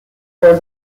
for